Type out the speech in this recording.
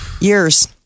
Years